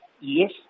Yes